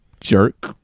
jerk